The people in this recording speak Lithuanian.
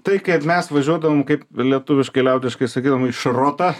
tai kad mes važiuodavom kaip lietuviškai liaudiškai sakydavome į šrotą